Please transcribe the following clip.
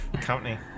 company